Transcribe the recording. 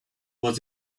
was